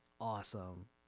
awesome